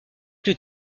plus